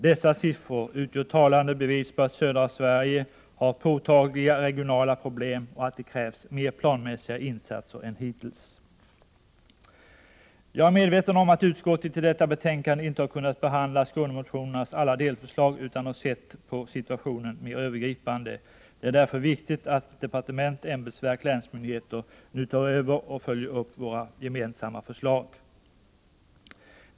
Dessa siffror utgör talande bevis på att södra Sverige har påtagliga regionala problem och att det krävs mer planmässiga insatser än hittills. Jag är medveten om att utskottet i detta betänkande inte har kunnat behandla Skånemotionernas alla delförslag, utan har sett på situationen mer övergripande. Det är därför viktigt att departement, ämbetsverk, länsmyndigheter nu tar över och följer upp våra gemensamma förslag.